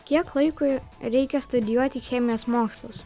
kiek laiko reikia studijuoti chemijos mokslus